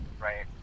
right